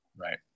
Right